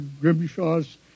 Grimshaw's